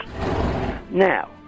Now